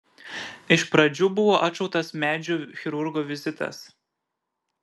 iš pradžių buvo atšauktas medžių chirurgo vizitas